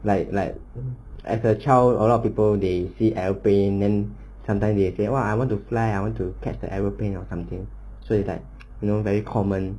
like like as a child a lot of people they see aeroplane then sometime they say !wah! I want to fly I want to catch the aeroplane or something so it's like you know very common